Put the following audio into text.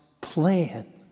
plan